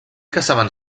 caçaven